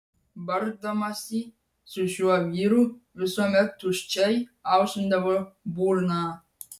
bardamasi su šiuo vyru visuomet tuščiai aušindavo burną